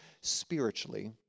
spiritually